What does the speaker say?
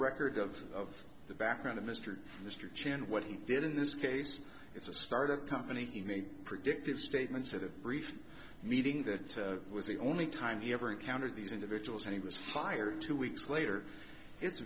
record of the background of mr mr chen what he did in this case it's a start up company he made predictive statements at a brief meeting that was the only time he ever encountered these individuals and he was fired two weeks later it's